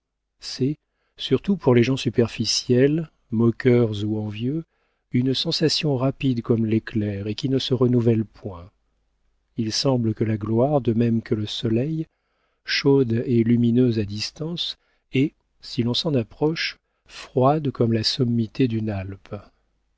c'est surtout pour les gens superficiels moqueurs ou envieux une sensation rapide comme l'éclair et qui ne se renouvelle point il semble que la gloire de même que le soleil chaude et lumineuse à distance est si l'on s'en approche froide comme la sommité d'une alpe